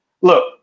Look